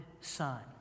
son